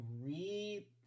re